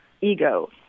ego